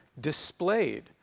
displayed